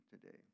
today